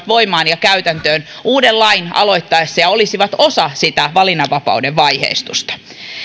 voimaan ja käytäntöön uuden lain aloittaessa ja olisivat osa sitä valinnanvapauden vaiheistusta